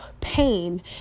pain